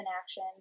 inaction